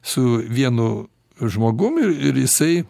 su vienu žmogum ir jisai